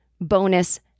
bonus